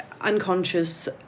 unconscious